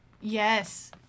Yes